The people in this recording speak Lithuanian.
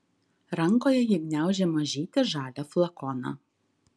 rankoje ji gniaužė mažytį žalią flakoną